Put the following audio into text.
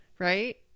right